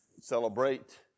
celebrate